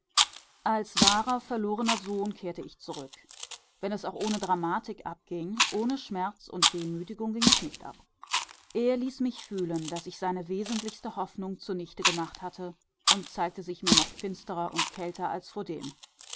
als wahrer verlorener sohn kehrte ich zurück wenn es auch ohne dramatik abging ohne schmerz und demütigung ging es nicht ab er ließ mich fühlen daß ich seine wesentlichste hoffnung zunichte gemacht hatte und zeigte sich mir noch finsterer und kälter als vordem